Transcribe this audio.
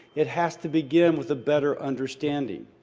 it has to begin with a better understanding.